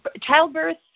childbirth